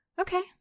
Okay